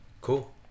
Cool